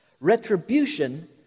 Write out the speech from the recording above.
Retribution